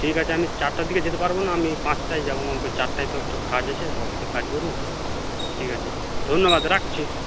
ঠিক আছে আমি চারটের দিকে যেতে পারব না আমি পাঁচটায় যাব চারটেয় তো একটু কাজ আছে অফিসে কাজ করি ঠিক আছে ধন্যবাদ রাখছি